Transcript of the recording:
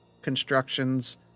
constructions